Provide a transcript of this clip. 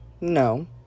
No